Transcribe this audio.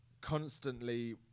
constantly